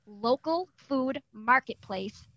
localfoodmarketplace